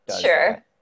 sure